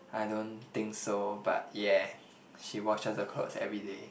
I don't think so but yeah she washes her clothes everyday